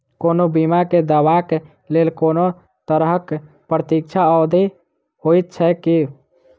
कोनो बीमा केँ दावाक लेल कोनों तरहक प्रतीक्षा अवधि होइत छैक की?